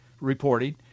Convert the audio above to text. reporting